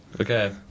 okay